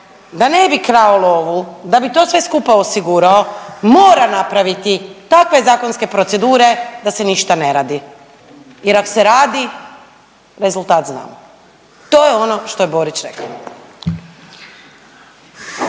da ne bi krao lovu, da bi to sve skupa osigurao, mora napraviti takve zakonske procedure da se ništa ne radi jer ak se radi, rezultat znamo. To je ono što je Borić rekao.